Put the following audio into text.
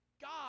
God